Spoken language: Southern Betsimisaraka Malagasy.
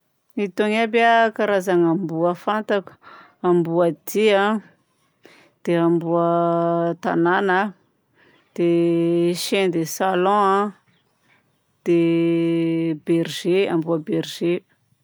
Itony aby a karazagna amboa fantako: amboadia, dia amboa an-tanagna, dia chien de salon a, dia berger- amboa berger.